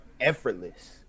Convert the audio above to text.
effortless